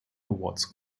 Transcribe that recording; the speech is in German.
awards